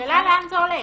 השאלה לאן זה הולך.